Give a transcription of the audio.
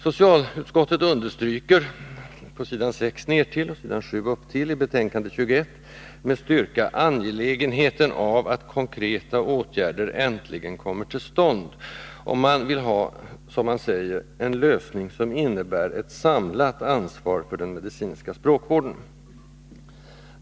Socialutskottet understryker, nedtill på s. 6 och upptill på s. 7 i betänkandet 21, med styrka angelägenheten av att konkreta åtgärder äntligen kommer till stånd, och man vill ha ”en lösning som innebär ett samlat ansvar för den medicinska språkvården”.